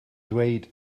dweud